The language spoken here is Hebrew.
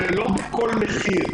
זה לא בכל מחיר.